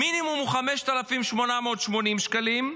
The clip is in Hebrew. המינימום הוא 5,880 שקלים,